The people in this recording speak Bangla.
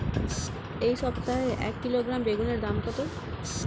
এই সপ্তাহে এক কিলোগ্রাম বেগুন এর দাম কত?